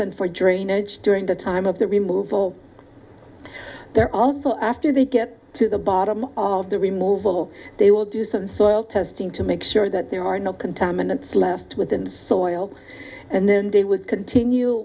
basin for drainage during the time of the removal there also after they get to the bottom of the removal they will do some soil testing to make sure that there are no contaminants left within the soil and then they would continue